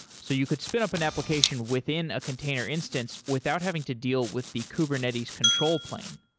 so you could spit up an application within a container instance without having to deal with the kubernetes control plane.